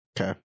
Okay